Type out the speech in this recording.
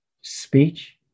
speech